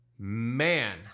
Man